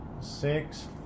six